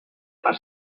per